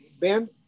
Ben